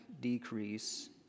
decrease